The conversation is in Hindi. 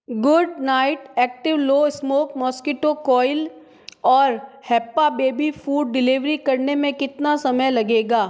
good night active low smoke mosquito coil और हैप्पा बेबी फ़ूड डिलीवर करने में कितना समय लगेगा